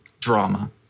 drama